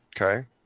Okay